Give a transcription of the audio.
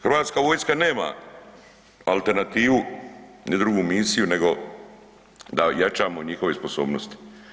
Hrvatska vojska nema alternativu ni drugu misiju nego da jačamo njihove sposobnosti.